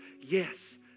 Yes